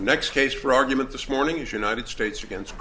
next case for argument this morning is united states against